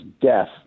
death